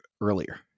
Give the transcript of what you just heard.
earlier